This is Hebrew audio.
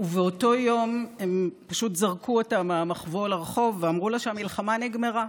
ובאותו יום הם פשוט זרקו אותה מהמחבוא אל הרחוב ואמרו לה שהמלחמה נגמרה.